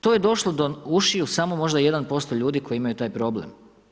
To je došlo do ušiju samo možda 1% ljudi koji imaju taj problem.